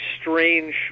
strange